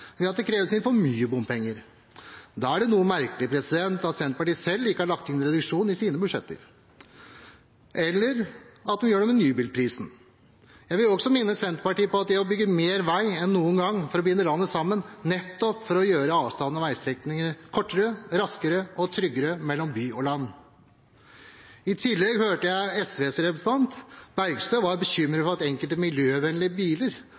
ved at det kreves inn for mye bompenger. Da er det noe merkelig at Senterpartiet selv ikke har lagt inn en reduksjon i sine budsjetter. Det samme gjelder for det vi gjør med nybilprisen. Jeg vil også minne Senterpartiet om at det bygges mer vei enn noen gang for å binde landet sammen, nettopp for å gjøre avstandene og veistrekningene kortere, raskere og tryggere mellom by og land. I tillegg hørte jeg at SV-representanten Bergstø var bekymret for at enkelte miljøvennlige biler